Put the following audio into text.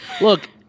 Look